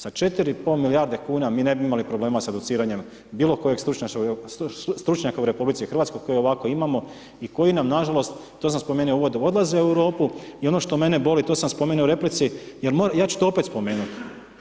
S 4,5 milijarde kn mi nebi imali problema sa educiranjem bilo kojeg stručnjaka u RH koje ovako imamo i koji nam nažalost, to sam spomenuo u uvodu, odlaze u Europu i ono što mene boli to sam spominjao u replici, ja ću to opet spomenuti.